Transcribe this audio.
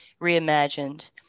reimagined